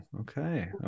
okay